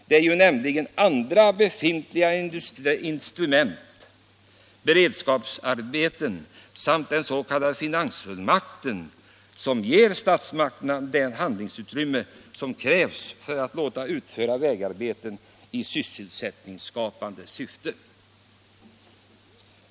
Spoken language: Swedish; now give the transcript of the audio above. Det är ju nämligen andra befintliga instrument — beredskapsarbeten och den s.k. finansfullmakten — som ger statsmakterna det handlingsutrymme som krävs för att man skall kunna utföra vägarbeten i sysselsättningsskapande syfte.